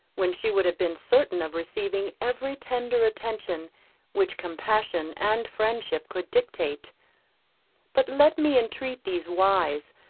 when she would have been certain of receiving every tender attention which compassion and friendship could dictate but let me entreat these wise,